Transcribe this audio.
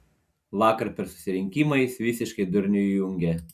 vakar per susirinkimą jis visiškai durnių įjungė